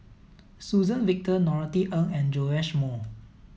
Suzann Victor Norothy Ng and Joash Moo